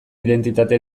identitate